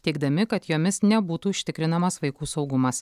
teigdami kad jomis nebūtų užtikrinamas vaikų saugumas